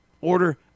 order